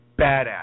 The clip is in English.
badass